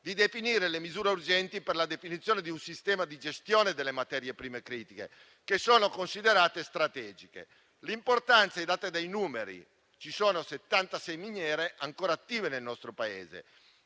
di individuare le misure urgenti per la definizione di un sistema di gestione delle materie prime critiche che sono considerate strategiche. L'importanza è data dai numeri. Ci sono settantasei miniere ancora attive nel nostro Paese